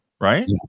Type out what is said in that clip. Right